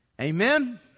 Amen